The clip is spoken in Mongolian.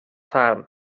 таарна